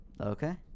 Okay